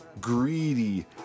greedy